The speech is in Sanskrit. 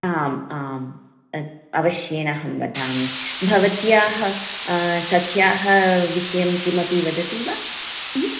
आम् आम् अवश्येन अहं वदामि भवत्याः सख्याः विषयं किमपि वदति वा